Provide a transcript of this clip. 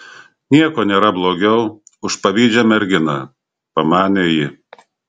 nieko nėra blogiau už pavydžią merginą pamanė ji